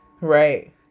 Right